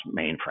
mainframe